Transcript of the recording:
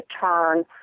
turn